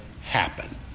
happen